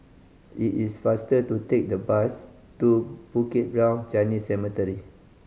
it is faster to take the bus to Bukit Brown Chinese Cemetery